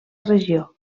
regió